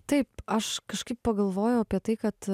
taip aš kažkaip pagalvojau apie tai kad